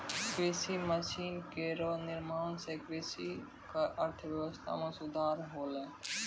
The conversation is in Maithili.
कृषि मसीन केरो निर्माण सें कृषि क अर्थव्यवस्था म सुधार होलै